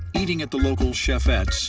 eating at the local chefette,